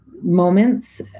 moments